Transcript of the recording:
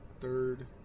third